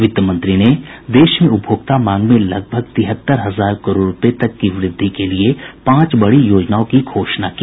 वित्त मंत्री ने देश में उपभोक्ता मांग में लगभग तिहत्तर हजार करोड रूपये तक की व्रद्धि के लिए पांच बड़ी योजनाओं की घोषणा की